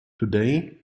today